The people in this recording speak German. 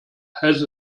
heißt